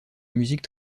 musique